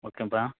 ஓகேப்பா